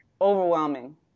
overwhelming